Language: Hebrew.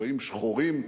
בצבעים שחורים.